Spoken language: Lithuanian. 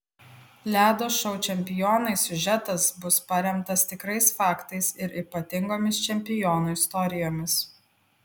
ledo šou čempionai siužetas bus paremtas tikrais faktais ir ypatingomis čempionų istorijomis